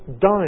died